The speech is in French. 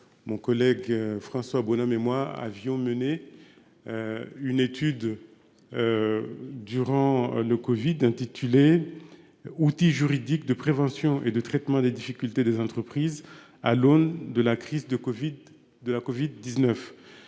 mon collègue François Bonhomme et moi-même avons mené une mission d'information sur les outils juridiques de prévention et de traitement des difficultés des entreprises à l'aune de la crise de la covid-19.